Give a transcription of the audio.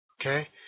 Okay